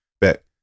bet